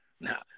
Now